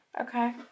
Okay